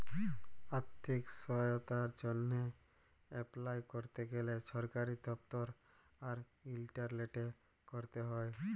আথ্থিক সহায়তার জ্যনহে এপলাই ক্যরতে গ্যালে সরকারি দপ্তর আর ইলটারলেটে ক্যরতে হ্যয়